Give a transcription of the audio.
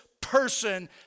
person